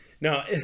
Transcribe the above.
No